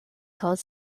called